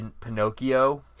Pinocchio